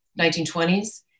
1920s